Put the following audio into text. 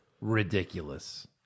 ridiculous